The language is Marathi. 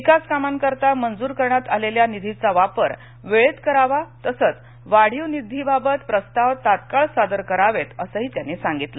विकास कामांकरीता मंजूर करण्यात आलेल्या निधीचा वापर वेळेत करावा तसेच वाढीव निधीबाबत प्रस्ताव तात्काळ सादर करावेत असंही त्यांनी सांगितले